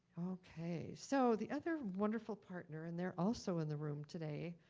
ok, so the other wonderful partner, and they're also in the room today,